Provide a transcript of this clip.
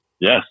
Yes